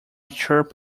chirp